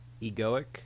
egoic